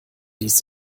dies